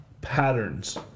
patterns